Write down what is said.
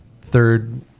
third